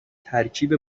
ترکیب